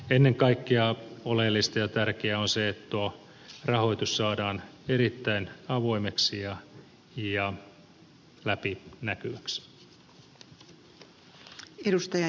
ennen kaikkea oleellista ja tärkeää on se että tuo rahoitus saadaan erittäin avoimeksi ja läpinäkyväksi